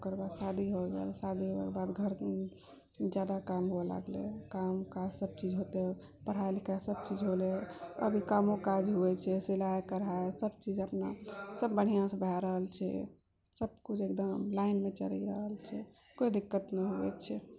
ओकरबाद शादी होइ गेल शादी होइके बाद घर जादा काम हुअए लागलय काम काज सब चीज होतय पढ़ाइ लिखाइ सब चीज होलय अभी कामो काज होइ छै सिलाइ कढ़ाइ सब चीज अपना सब बढ़िआँसँ भए रहल छै सब किछु एकदम लाइनमे चलि रहल छै कोइ दिक्कत नहि हुअए छै